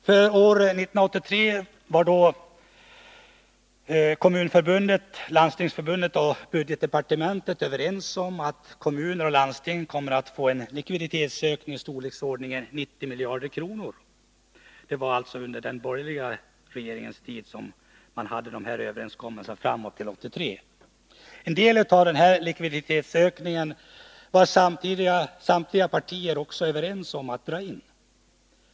För år 1983 var Kommunförbundet, Landstingsförbundet och budgetdepartementet överens om att kommuner och landsting kommer att få en likviditetsökning i storleksordningen 9 miljarder kronor. Det var under den borgerliga regeringens tid man hade en sådan överenskommelse fram till 1983. En del av denna likviditetsökning var samtliga partier överens om att dra in.